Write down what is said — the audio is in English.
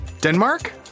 Denmark